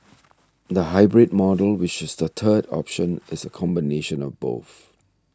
the hybrid model which is the third option is a combination of both